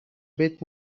bit